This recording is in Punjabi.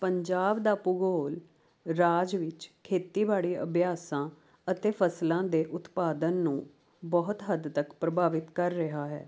ਪੰਜਾਬ ਦਾ ਭੂਗੋਲ ਰਾਜ ਵਿੱਚ ਖੇਤੀਬਾੜੀ ਅਭਿਆਸਾਂ ਅਤੇ ਫਸਲਾਂ ਦੇ ਉਤਪਾਦਨ ਨੂੰ ਬਹੁਤ ਹੱਦ ਤੱਕ ਪ੍ਰਭਾਵਿਤ ਕਰ ਰਿਹਾ ਹੈ